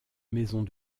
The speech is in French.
maisons